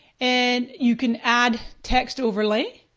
and you can add text overlay